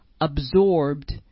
absorbed